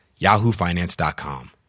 yahoofinance.com